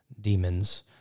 demons